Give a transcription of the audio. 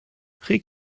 reg